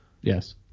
Yes